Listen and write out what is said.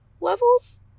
levels